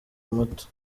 muto